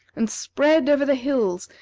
and spread over the hills,